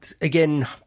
again